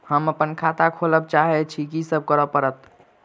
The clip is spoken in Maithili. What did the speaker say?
हम अप्पन खाता खोलब चाहै छी की सब करऽ पड़त?